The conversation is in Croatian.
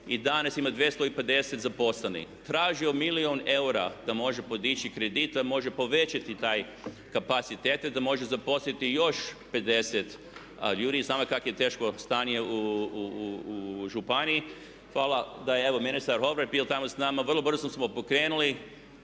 i danas ima 250 zaposlenih. Tražio milijun eura da može podići kredit, da može povećati taj kapacitet, da može zaposliti još 50 ljudi i znamo kakvo je teško stanje u županiji, hvala, evo ministar obrane je bio tamo s nama. Vrlo brzo smo pokrenuli,